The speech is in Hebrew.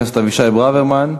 חבר הכנסת אבישי ברוורמן,